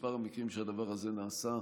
מספר המקרים שבהם זה נעשה,